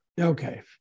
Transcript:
Okay